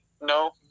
No